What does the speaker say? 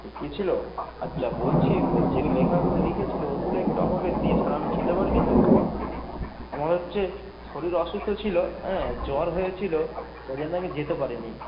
গিয়েছিলো আচ্ছা বলছি যে লেখাগুলো লিখেছিলো ওগুলো একটু আমাকে দিস কারণ আমি যেতে পার নি তো আমার হচ্ছে শরীর অসুস্থ ছিলো অ্যাঁ জ্বর হয়েছিলো ওই জন্য আমি যেতে পারি নি